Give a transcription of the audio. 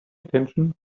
attention